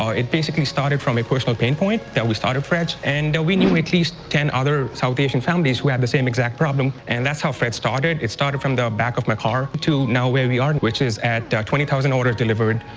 it basically started from a personal pain point that we started fretch. and we knew at least ten other south asian families who had the same exact problem. and that's how fretch started. it started from the back of my car to now where we are, and which is at twenty thousand orders delivered.